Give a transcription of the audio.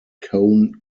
cone